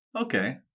Okay